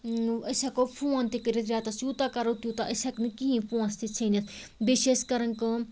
أسۍ ہٮ۪کو فون تہِ کٔرِتھ رٮ۪تس یوٗتاہ کرو تیوٗتاہ أسۍ ہٮ۪کہٕ نہٕ کِہیٖنۍ پونٛسہٕ تہِ ژھیٚنِتھ بیٚیہِ چھِ أسۍ کَران کٲم